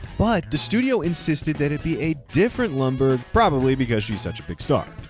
but the studio insisted that it be a different lumbergh, probably because she's such a big star.